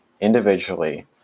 individually